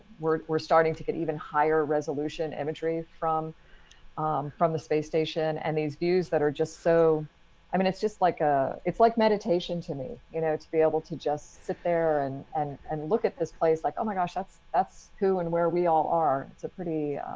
we're we're starting to get even higher resolution imagery from from the space station and these views that are just so i mean, it's just like a it's like meditation to me, you know, to be able to just sit there and and and look at this place like, oh, my gosh, that's that's who and where we all are. it's a pretty